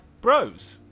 bros